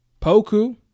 Poku